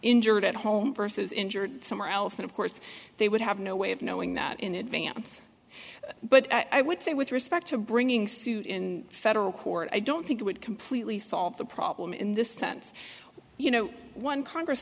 injured at home versus injured somewhere else and of course they would have no way of knowing that in advance but i would say with respect to bringing suit in federal court i don't think it would completely solve the problem in the sense you know one congress